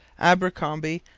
abercromby,